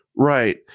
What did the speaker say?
Right